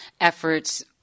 efforts